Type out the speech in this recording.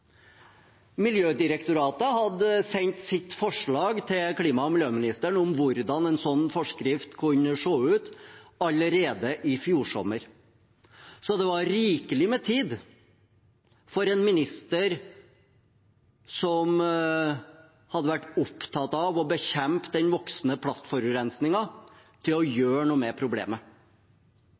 Miljødirektoratet sendte sitt forslag til klima- og miljøministeren om hvordan en slik forskrift kunne se ut allerede i fjor sommer, så det var rikelig med tid for en minister som hadde vært opptatt av å bekjempe den voksende plastforurensningen, til å gjøre noe med problemet.